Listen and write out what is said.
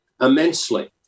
immensely